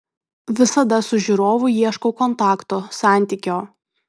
visada su žiūrovu ieškau kontakto santykio